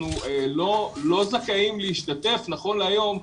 אנחנו לא זכאים להשתתף נכון להיום,